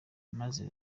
maze